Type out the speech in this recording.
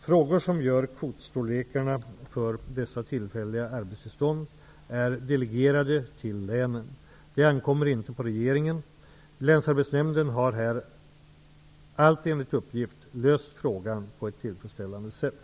Frågor som rör kvotstorlekarna för dessa tillfälliga arbetstillstånd är delegerade till länen. De ankommer inte på regeringen. Länsarbetsnämnden har här, allt enligt uppgift, löst frågan på ett tillfredsställande sätt.